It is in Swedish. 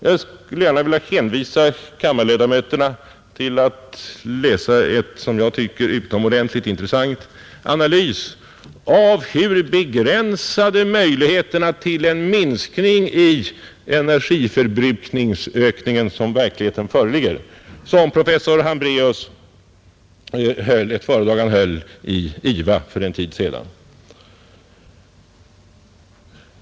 Jag skulle gärna vilja hänvisa kammarledamöterna till att läsa en som jag tycker utomordentligt intressant analys av de begränsade möjligheter som verkligen föreligger till en minskning i energiförbrukningsökningen, vilken gjordes av professor Hambreus i ett föredrag som han höll i IVA för en tid sedan.